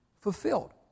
fulfilled